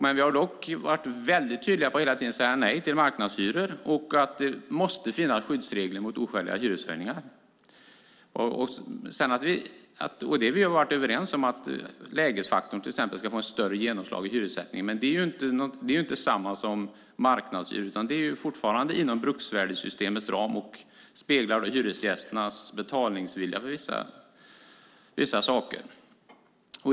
Men vi har dock hela tiden varit mycket tydliga med att säga nej till marknadshyror och att det måste finnas skyddsregler mot oskäliga hyreshöjningar. Vi har varit överens om att till exempel lägesfaktorn ska få ett större genomslag i hyressättningen. Men det är inte detsamma som marknadshyror utan det är fortfarande inom bruksvärdessystemets ram och speglar hyresgästernas betalningsvilja för vissa saker.